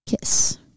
Kiss